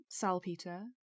salpeter